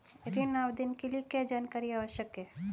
ऋण आवेदन के लिए क्या जानकारी आवश्यक है?